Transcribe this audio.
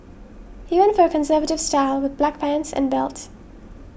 he went for a conservative style with black pants and belt